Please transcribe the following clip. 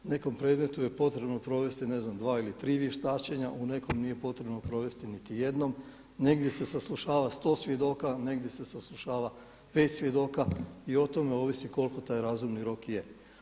Nekom predmetu je potrebno provesti ne znam dva ili tri vještačenja, u nekom nije potrebno provesti niti jednom, negdje se saslušava sto svjedoka, negdje se saslušava pet svjedoka i o tome ovisi koliko taj razumni rok je.